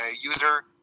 user